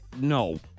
no